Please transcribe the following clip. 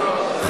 להשיב?